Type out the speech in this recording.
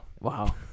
wow